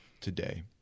today